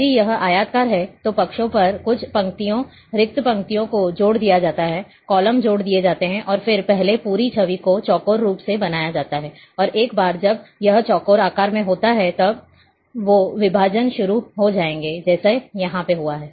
यदि यह आयताकार है तो पक्षों पर कुछ पंक्तियों रिक्त पंक्तियों को जोड़ दिया जाता है कॉलम जोड़ दिए जाते हैं और फिर पहले पूरी छवि को चौकोर रूप में बनाया जाता है और एक बार जब यह चौकोर आकार में होता है तो विभाजन शुरू हो जाएंगे जैसे यहां हुआ है